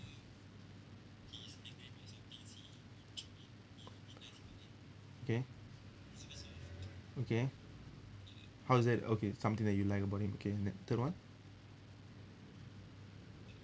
okay okay how is that okay something that you like about him okay then third one